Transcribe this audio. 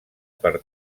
per